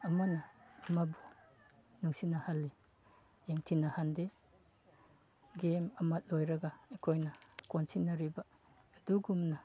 ꯑꯃꯅ ꯑꯃꯕꯨ ꯅꯨꯡꯁꯤꯅꯍꯜꯂꯤ ꯌꯦꯡꯊꯤꯅꯍꯟꯗꯦ ꯒꯦꯝ ꯑꯃ ꯂꯣꯏꯔꯒ ꯑꯩꯈꯣꯏꯅ ꯀꯣꯟꯁꯤꯟꯅꯔꯤꯕ ꯑꯗꯨꯒꯨꯝꯅ